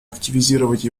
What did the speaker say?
активизировать